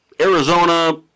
Arizona